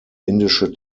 indische